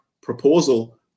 proposal